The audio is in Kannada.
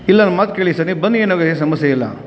ಇಲ್ಲ ನನ್ನ ಮಾತು ಕೇಳಿ ಸರ್ ನೀವು ಬನ್ನಿ ನಮ್ಗೇನು ಸಮಸ್ಯೆ ಇಲ್ಲ